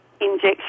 injection